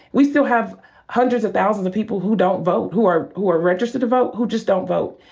we still have hundreds of thousands of people who don't vote, who are who are registered to vote who just don't vote.